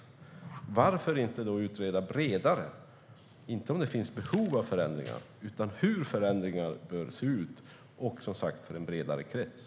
Men varför då inte utreda bredare - inte om det finns behov av förändringar utan hur förändringarna bör se ut och dessutom för en bredare krets?